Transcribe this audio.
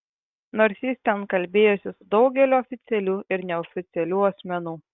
nors jis ten kalbėjosi su daugeliu oficialių ir neoficialių asmenų